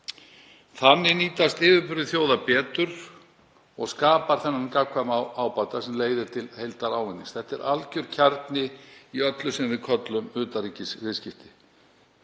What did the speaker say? Þannig nýtast yfirburðir þjóða betur og það skapar gagnkvæman ábata sem leiðir til heildarávinnings. Þetta er alger kjarni í öllu sem við köllum utanríkisviðskipti.